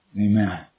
Amen